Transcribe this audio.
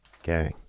Okay